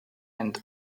and